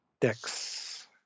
Dex